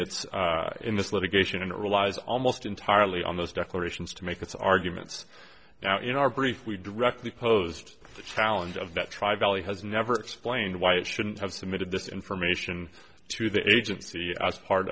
its in this litigation and it relies almost entirely on those declarations to make its arguments now in our brief we directly posed the challenge of that tribe valley has never explained why it shouldn't have submitted this information to the agency as part